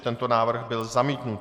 Tento návrh byl zamítnut.